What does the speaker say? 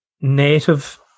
native